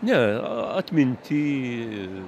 ne atminty